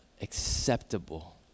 acceptable